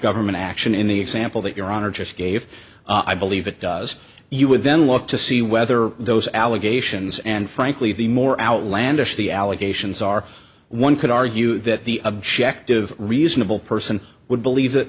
government action in the example that your honor just gave i believe it does you would then look to see whether those allegations and frankly the more outlandish the allegations are one could argue that the objective reasonable person would believe that